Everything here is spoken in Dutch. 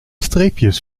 streepjes